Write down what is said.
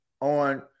on